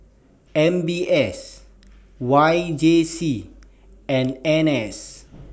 M B S Y J C and N S